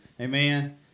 Amen